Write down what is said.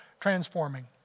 transforming